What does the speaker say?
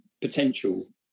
potential